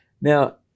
Now